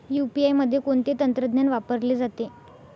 UPI मध्ये कोणते तंत्रज्ञान वापरले जाते?